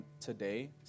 today